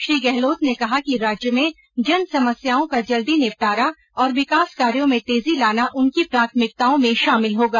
श्री गहलोत ने कहा कि राज्य में जन समस्याओं का जल्दी निपटारा और विकास कार्यों में तेजी लाना उनकी प्राथमिकताओं में शामिल होगा